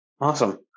Awesome